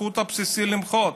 הזכות הבסיסית למחות.